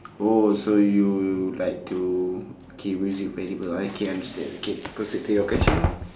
oh so you like to K music festival okay I understand K proceed to your question